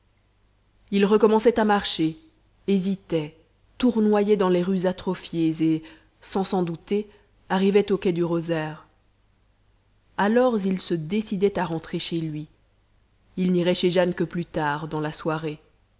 il recommençait à marcher hésitait tournoyait dans les rues atrophiées et sans s'en douter arrivait au quai du rosaire alors il se décidait à rentrer chez lui il n'irait chez jane que plus tard dans la soirée